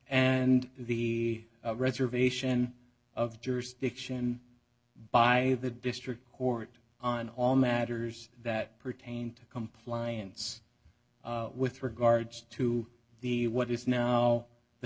and the reservation of jurisdiction by the district court on all matters that pertain to compliance with regards to the what is now the